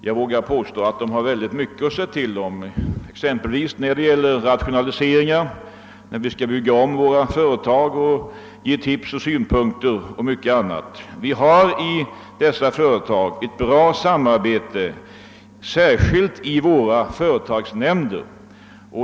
Jag vågar påstå att de anställda har väldigt mycket att säga till om i dessa företag, ex empelvis när det gäller rationaliseringar och ombyggnader av företaget och när det gäller att framföra tips och synpunkter. Vi har i dessa företag ett bra samarbete, särskilt i våra företagsnämnder.